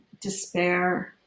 despair